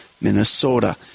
Minnesota